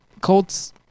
Colts